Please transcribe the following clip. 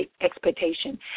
expectation